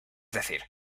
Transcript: decir